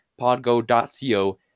podgo.co